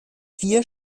vier